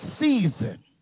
season